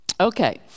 Okay